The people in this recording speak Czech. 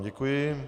Děkuji.